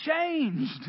changed